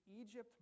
Egypt